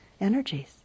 energies